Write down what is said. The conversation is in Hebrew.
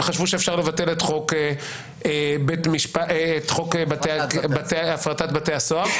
הם חשבו שאפשר לבטל את חוק הפרטת בתי הסוהר.